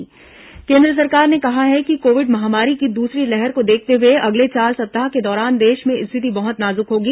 केन्द्र कोरोना केन्द्र सरकार ने कहा है कि कोविड महामारी की दूसरी लहर को देखते हुए अगले चार सप्ताह के दौरान देश में रिथिति बहत नाजुक होगी